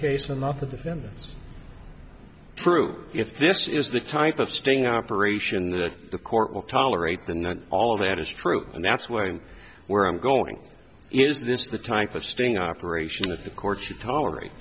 case and not the defendant's truth if this is the type of sting operation that the court will tolerate than that all of that is true and that's where and where i'm going is this the type of sting operation that the court should tolerate